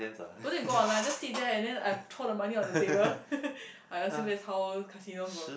don't need to go online just sit there and then I throw the money on the table I assumed that's how casinos work